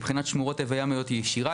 מבחינת שמורות טבע ימיות היא ישירה.